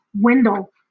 Wendell